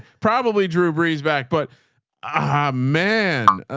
probably drew breeze back. but ah man,